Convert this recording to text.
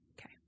Okay